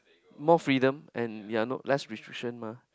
more freedom and we are not less restriction mah